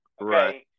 Right